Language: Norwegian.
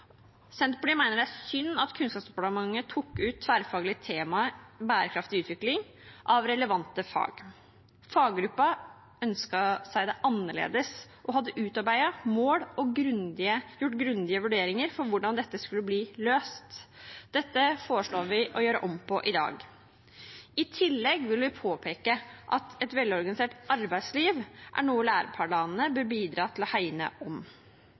Senterpartiet mener det er synd at Kunnskapsdepartementet tok det tverrfaglige temaet bærekraftig utvikling ut av relevante fag. Faggruppen ønsket seg det annerledes og hadde utarbeidet mål og gjort grundige vurderinger av hvordan dette skulle bli løst. Dette foreslår vi å gjøre om på i dag. I tillegg vil vi påpeke at et velorganisert arbeidsliv er noe læreplanene bør bidra til å hegne om.